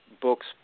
books